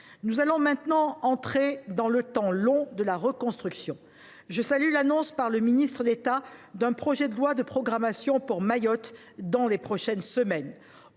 Il faut maintenant entrer dans le temps long de la reconstruction. À cet égard, je salue l’annonce par M. le ministre d’État d’un projet de loi de programmation pour Mayotte dans les prochaines semaines.